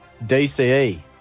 DCE